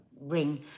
ring